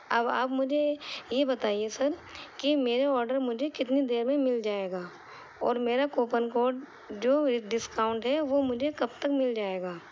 اب آپ مجھے یہ بتائیے سر کہ میرے آڈر مجھے کتنی دیر میں مل جائے گا اور میرا کوپن کوڈ جو یہ ڈسکاؤنٹ ہے وہ مجھے کب تک مل جائے گا